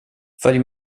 följ